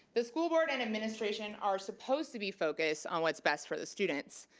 the school board and administration are supposed to be focused on what's best for the students.